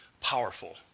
powerful